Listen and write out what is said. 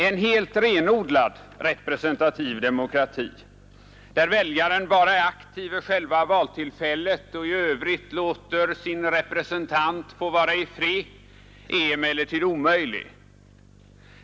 En helt renodlad representativ demokrati, där väljaren är aktiv bara vid själva valtillfället och i övrigt låter sin representant vara ”i fred”, är emellertid omöjlig.